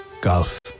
golf